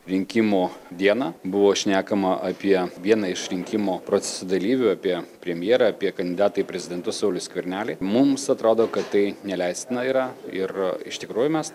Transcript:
rinkimų dieną buvo šnekama apie vieną iš rinkimų proceso dalyvių apie premjerą apie kandidatą į prezidentus saulių skvernelį mums atrodo kad tai neleistina yra ir iš tikrųjų mes